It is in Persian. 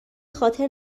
خاطر